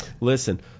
Listen